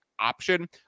option